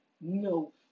No